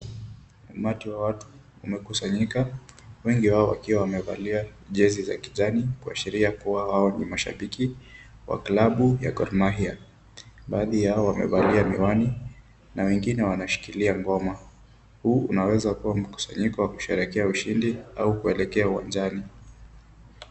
Umati wa watu umekusanyika. Wengi wao wakiwa wamevalia jezi za kijani, kuashiria kuwa hao ni mashabiki wa klabu ya Gor Mahia. Baadhi yao wamevalia miwani, na wengine wanashikilia ngoma. Huu unaweza kuwa mkusanyiko wa kusherehekea ushindi, au kuelekea uwanjani.